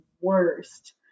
worst